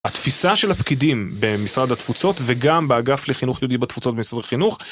התפיסה של הפקידים במשרד התפוצות וגם באגף לחינוך יהודי בתפוצות במשרד החינוך